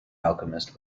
alchemist